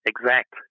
exact